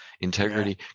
Integrity